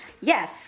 Yes